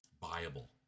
viable